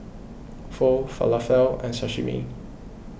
Pho Falafel and Sashimi